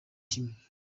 kimwe